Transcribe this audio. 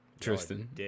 Tristan